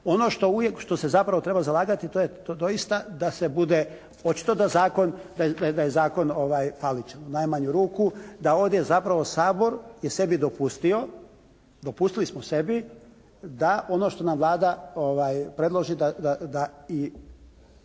što se zapravo treba zalagati to je, to doista da se bude očito da zakon, da je zakon faličan. U najmanju ruku. Da ovdje zapravo Sabor je sebi dopustio, dopustili smo sebi da ono što nam Vlada predloži da i